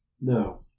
no